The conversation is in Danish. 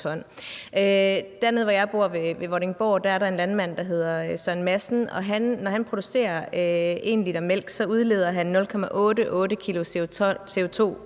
Dernede, hvor jeg bor, ved Vordingborg, er der en landmand, der hedder Søren Madsen, og når han producerer 1 l mælk, udleder han 0,88 kg CO2